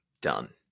done